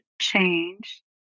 change